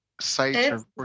sites